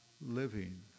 living